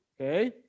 okay